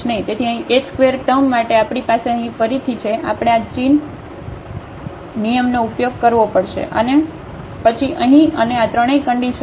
તેથી અહીં h ² term માટે આપણી પાસે અહીં ફરીથી છે આપણે આ ચીઈન નિયમનો ઉપયોગ કરવો પડશે પછી અહીં અહીં અને આ ત્રણેય કન્ડિશન